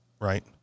right